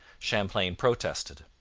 champlain protested.